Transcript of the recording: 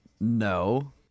no